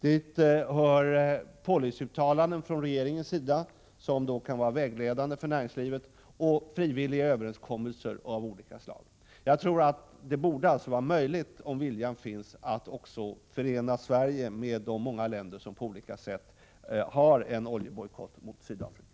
Dit hör policy-uttalanden från regeringen, som kan vara vägledande för näringslivet, och frivilliga överenskommelser av olika slag. Det borde alltså vara möjligt, om viljan finns, att förena Sverige med de många länder som på olika sätt har en oljebojkott mot Sydafrika.